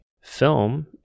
film